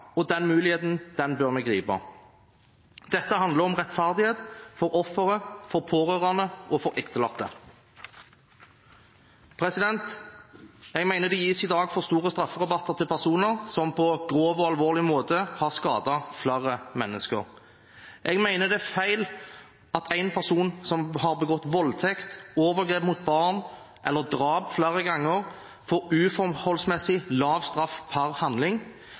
og den muligheten bør vi gripe. Dette handler om rettferdighet for offeret, for pårørende og for etterlatte. Jeg mener det i dag gis for store strafferabatter til personer som på grov og alvorlig måte har skadet flere mennesker. Jeg mener det er feil at en person som har begått voldtekt, overgrep mot barn eller drap flere ganger, får uforholdsmessig lav straff per handling,